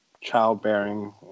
childbearing